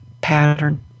Pattern